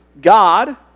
God